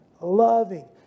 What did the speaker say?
loving